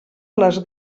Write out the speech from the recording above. les